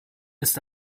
ist